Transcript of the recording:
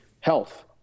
health